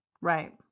Right